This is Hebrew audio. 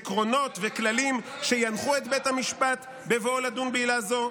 עקרונות וכללים שינחו את בית המשפט בבואו לדון בעילה זו?"